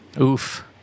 Oof